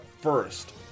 first